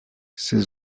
ces